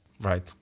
Right